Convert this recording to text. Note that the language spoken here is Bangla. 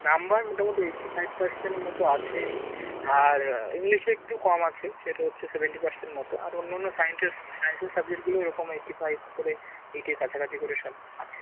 নাম্বার মোটামোটি এইটি ফাইভ পার্সেন্ট মতো আছেই আর ইংলিশে একটু কম আছে সেটা হচ্ছে সেভেন্টি পার্সেন্ট মতো আর অন্য অন্য সাইন্সের সাইন্সের সাবজেক্টগুলো ওই রকম এইট্টি ফাইভ করে এইটের কাছাকাছি করে সব আছে